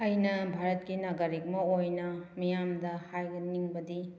ꯑꯩꯅ ꯚꯥꯔꯠꯀꯤ ꯅꯥꯒꯔꯤꯛ ꯑꯃ ꯑꯣꯏꯅ ꯃꯤꯌꯥꯝꯗ ꯍꯥꯏꯕ ꯅꯤꯡꯕꯗꯤ